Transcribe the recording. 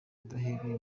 udahereye